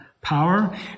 power